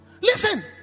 listen